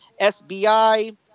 SBI